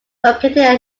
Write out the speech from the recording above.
located